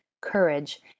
courage